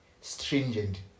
stringent